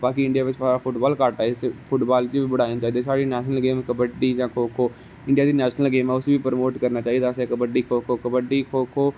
बाकी इंडियां बिच फुटबाल घट्ट चलदा फुटबाल गी बी बड़ा इंनॅजाए करदे साढ़े नेशनल गेम कबड्डी जां खो खो इडियां दी नेशनल गेम ऐ पर उसी बी प्रमोट करना चाहिदा कबड्डी खो खो कबड्डी खो खो